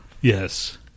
Yes